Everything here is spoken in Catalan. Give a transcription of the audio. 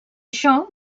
això